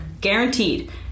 Guaranteed